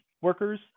workers